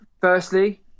firstly